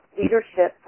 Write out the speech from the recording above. leadership